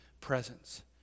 presence